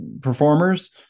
performers